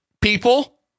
people